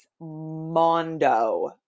Mondo